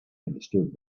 understood